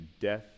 death